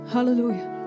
Hallelujah